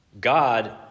God